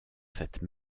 cette